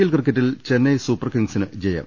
L ക്രിക്കറ്റിൽ ചെന്നൈ സൂപ്പർകിംഗ്സിന് ജയം